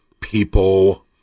people